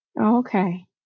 Okay